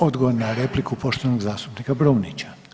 Odgovor na repliku poštovanog zastupnika Brumnića.